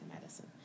medicine